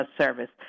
service